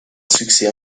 succès